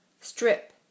Strip